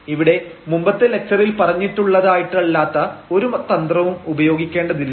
ഇവിടെ മുമ്പത്തെ ലക്ച്ചറിൽ പറഞ്ഞിട്ടുള്ളതായിട്ടല്ലാത്ത ഒരു തന്ത്രവും ഉപയോഗിക്കേണ്ടതില്ല